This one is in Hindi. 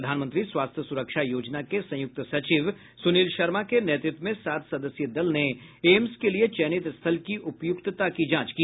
प्रधानमंत्री स्वास्थ्य सुरक्षा योजना के संयुक्त सचिव सुनील शर्मा के नेतृत्व में सात सदस्यीय दल ने एम्स के लिये चयनित स्थल की उपयुक्तता की जांच की